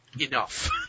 enough